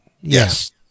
Yes